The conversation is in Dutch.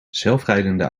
zelfrijdende